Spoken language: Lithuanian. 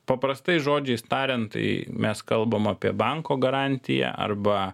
paprastais žodžiais tariant tai mes kalbam apie banko garantiją arba